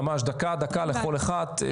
ממש דקה לכל אחד.